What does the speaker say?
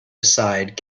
aside